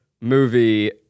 movie